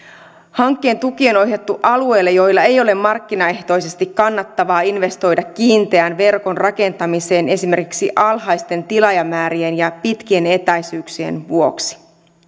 hankkeen tukia on ohjattu alueille joilla ei ole markkinaehtoisesti kannattavaa investoida kiinteän verkon rakentamiseen esimerkiksi alhaisten tilaajamäärien ja pitkien etäisyyksien vuoksi